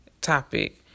topic